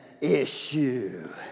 issue